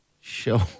show